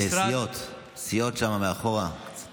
הסיעות שם מאחור, זה קצת מפריע.